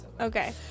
Okay